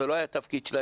זה לא היה התפקיד שלה,